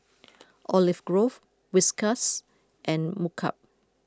Olive Grove Whiskas and Mkup